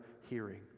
hearing